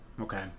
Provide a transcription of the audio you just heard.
Okay